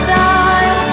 die